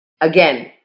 again